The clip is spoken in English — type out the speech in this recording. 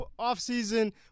offseason